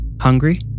Hungry